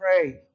pray